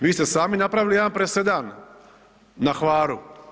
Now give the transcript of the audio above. Vi ste sami napravili jedan presedan na Hvaru.